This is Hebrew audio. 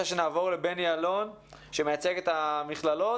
לעבור לבני אלון שמייצג את המכללות